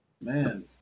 man